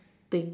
thing